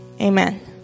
amen